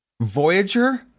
Voyager